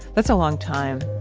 that's a long time,